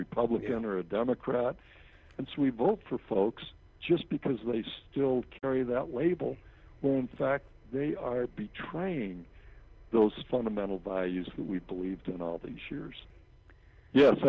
republican or a democrat and so we vote for folks just because they still carry that label in fact they are trying those fundamental values that we believed in all these years yes